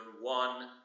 one